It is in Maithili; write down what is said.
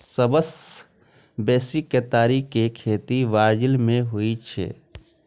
सबसं बेसी केतारी के खेती ब्राजील मे होइ छै